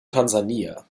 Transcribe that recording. tansania